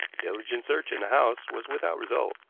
diligent search in the house was without result.